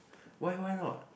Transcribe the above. why why not